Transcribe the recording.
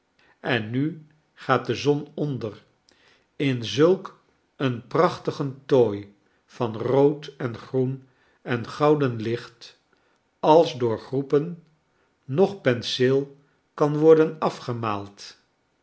en nu gaat de zon onder in zulk een prachtigen tooi van rood en groen engouden licht als door groepen noch penseel kan worden afgemaald